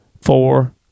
four